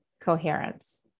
coherence